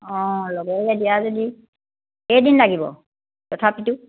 অঁ লগে লগে দিয়া যদি কেইদিন লাগিব তথাপিতো